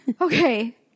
Okay